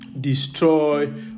destroy